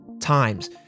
times